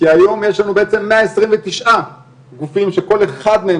כי היום יש לנו בעצם 129 גופים שכל אחד מהם